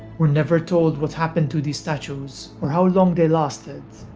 we're never told what happened to these statues or how long they lasted,